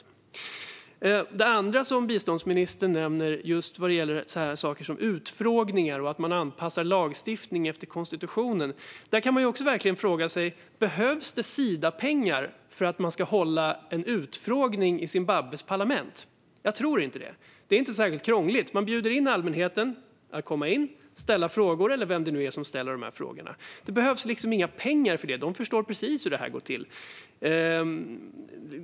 Vad gäller det andra som biståndsministern nämner om saker som utfrågningar och att man anpassar lagstiftningen efter konstitutionen kan man fråga sig: Behövs det Sidapengar för att man ska hålla en utfrågning i Zimbabwes parlament? Jag tror inte det. Det är inte särskilt krångligt. Man bjuder in allmänheten eller vem det nu är som ska ställa frågor att komma in och göra det. Det behövs liksom inga pengar för det; de förstår precis hur det går till.